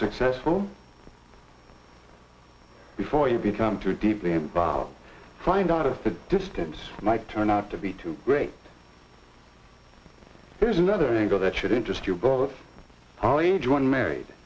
successful before you become too deeply involved find out if the distance might turn out to be too great there's another angle that should interest you both polyhedron married